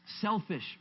selfish